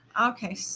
Okay